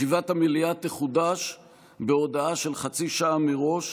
ישיבת המליאה תחודש בהודעה של חצי שעה מראש,